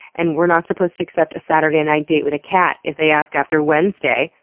and we're not supposed to accept a saturday night date with a cat if they ask after wednesday.